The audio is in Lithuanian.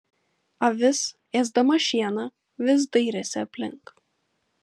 avis ėsdama šieną vis dairėsi aplink